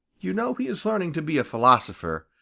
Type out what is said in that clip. you know he is learning to be a philosopher,